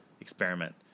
experiment